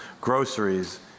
groceries